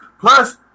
plus